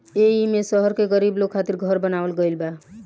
एईमे शहर के गरीब लोग खातिर घर बनावल गइल बा